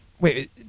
Wait